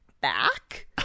back